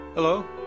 Hello